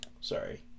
Sorry